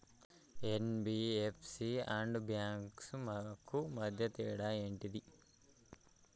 NBFC and banks కు మధ్య తేడా ఏంటిది?